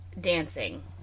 dancing